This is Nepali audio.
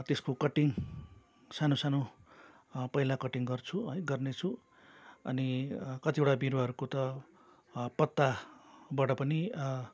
त्यसको कटिङ सानो सानो पहिला कटिङ गर्छु है गर्ने छु अनि कतिवटा बिरुवाहरूको त पत्ताबाट पनि